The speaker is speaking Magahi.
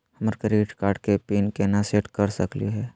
हमर क्रेडिट कार्ड के पीन केना सेट कर सकली हे?